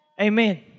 Amen